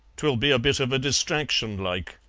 twill be a bit of a distraction like,